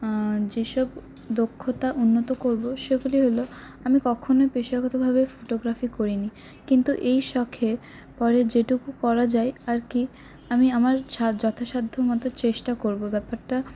যেসব দক্ষতা উন্নত করব সেগুলি হলো আমি কখনোই পেশাগতভাবে ফোটোগ্রাফি করিনি কিন্তু এই শখে পরে যেটুকু করা যায় আর কি আমি আমার যথাসাধ্যমতো চেষ্টা করব ব্যাপারটা